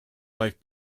life